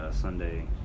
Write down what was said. Sunday